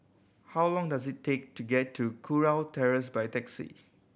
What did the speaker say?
how long does it take to get to Kurau Terrace by taxi